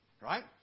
Right